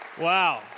Wow